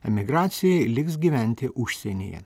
emigracijoj liks gyventi užsienyje